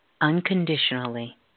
unconditionally